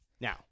Now